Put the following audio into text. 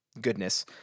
goodness